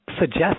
suggest